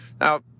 Now